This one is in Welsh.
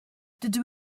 dydw